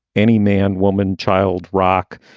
any man, woman, child, rock,